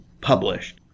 published